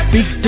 Big